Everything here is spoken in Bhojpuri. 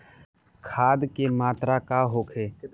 खाध के मात्रा का होखे?